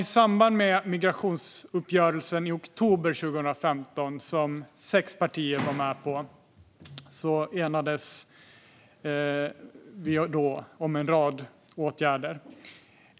I samband med migrationsuppgörelsen i oktober 2015, som sex partier var med på, enades vi om en rad åtgärder.